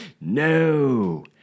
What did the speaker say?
no